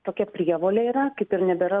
tokia prievolė yra kaip ir nebėra